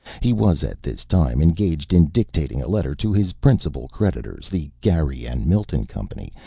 he was at this time engaged in dictating a letter to his principal creditors, the gary and milton company,